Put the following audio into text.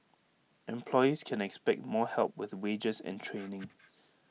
employees can expect more help with wages and training